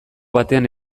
batean